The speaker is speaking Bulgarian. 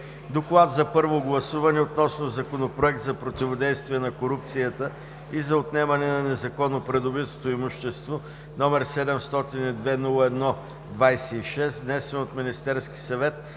Подлагам на първо гласуване Законопроект за противодействие на корупцията и за отнемане на незаконно придобитото имущество, № 702-01-26, внесен от Министерския съвет.